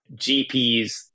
GPs